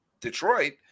Detroit